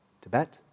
Tibet